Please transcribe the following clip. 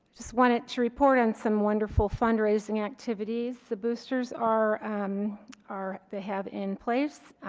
just wanted to report on some wonderful fundraising activities the boosters are um are they have in place and